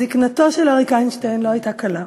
זיקנתו של אריק איינשטיין לא הייתה קלה.